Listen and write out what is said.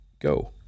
go